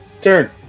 turn